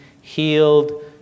healed